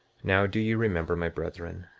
now do ye remember, my brethren,